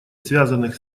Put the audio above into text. связанных